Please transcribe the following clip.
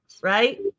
right